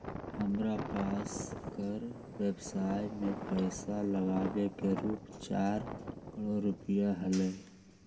हमरा पास कर व्ययवसाय में पैसा लागावे के रूप चार करोड़ रुपिया हलय